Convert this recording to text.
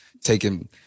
taking